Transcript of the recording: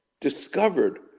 discovered